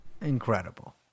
Incredible